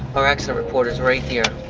our accident report is right here.